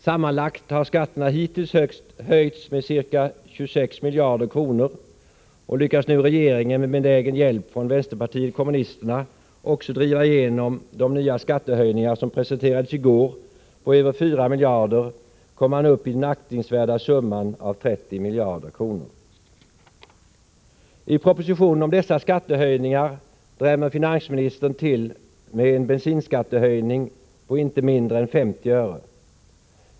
Sammanlagt har skatterna hittills höjts med ca 26 miljarder kronor, och lyckas nu regeringen med benägen hjälp från vänsterpartiet kommunisterna också driva igenom de nya skattehöjningar som presenterades i går på över 4 miljarder, kommer man upp i den aktningsvärda summan av 30 miljarder kronor. I propositionen om dessa skattehöjningar drämmer finansministern till med en bensinskattehöjning på inte mindre än 50 öre.